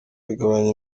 bigabanya